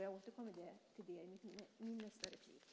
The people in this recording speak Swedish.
Jag återkommer till den saken i nästa inlägg.